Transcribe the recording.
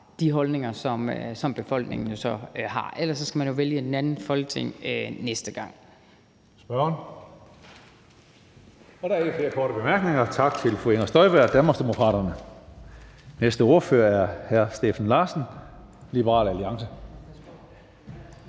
de holdninger, som befolkningen så har. Ellers skal man jo vælge et andet Folketing næste gang.